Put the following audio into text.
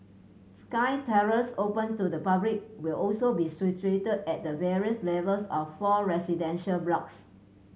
sky terraces open to the public will also be situated at the various levels of four residential blocks